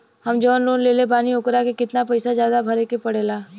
हम जवन लोन लेले बानी वोकरा से कितना पैसा ज्यादा भरे के पड़ेला?